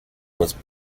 was